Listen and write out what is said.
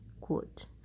quote